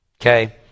okay